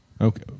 Okay